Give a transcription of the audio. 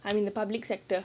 I'm in the public sector